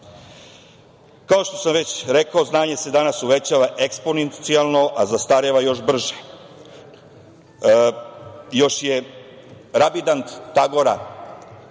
što sam već rekao, znanje se danas uvećava eksponencijalno, a zastareva još brže. Još je Rabindranat Tagora